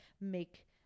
make